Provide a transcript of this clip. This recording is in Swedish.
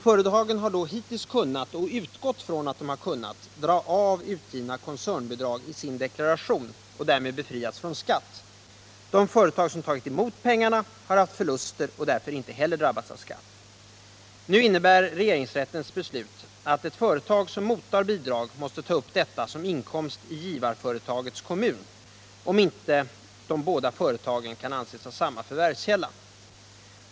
Företagen har då hittills kunnat — och utgått från att de kunnat — dra av utgivna koncernbidrag i sin deklaration och därmed befrias från skatt. De företag som tagit emot pengarna har haft förluster och därför heller inte drabbats av skatt. Regeringsrättens beslut nyligen innebär att ett företag som mottar bidrag måste ta upp detta som inkomst i givarföretagets kommun — om inte de båda företagen kan anses ha samma förvärvskälla.